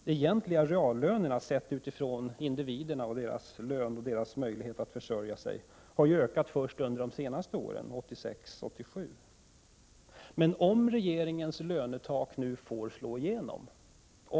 Reallönerna har, om man ser till individernas löner och möjligheter att försörja sig, ökat först under de senaste åren, 1986-1987.